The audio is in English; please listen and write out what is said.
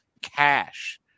cash